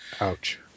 Ouch